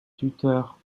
tuteur